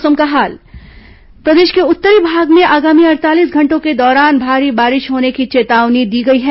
मौसम प्रदेश के उत्तरी भाग में आगामी अड़तालीस घंटों के दौरान भारी बारिश होने की चेतावनी दी गई है